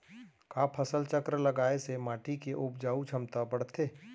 का फसल चक्र लगाय से माटी के उपजाऊ क्षमता बढ़थे?